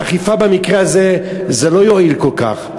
אכיפה במקרה הזה לא תועיל כל כך.